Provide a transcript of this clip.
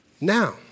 now